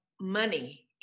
money